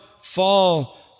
fall